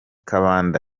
kabanda